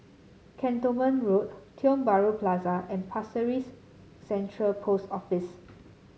Cantonment Road Tiong Bahru Plaza and Pasir Ris Central Post Office